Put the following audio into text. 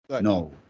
no